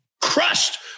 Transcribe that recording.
crushed